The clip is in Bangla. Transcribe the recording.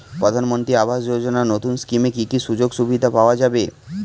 প্রধানমন্ত্রী আবাস যোজনা নতুন স্কিমে কি কি সুযোগ সুবিধা পাওয়া যাবে?